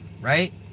right